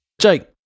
Jake